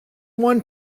one